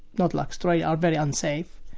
not like australia, are very unsafe.